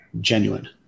genuine